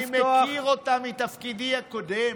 היא יכולה לפתוח, אני מכיר אותה מתפקידי הקודם.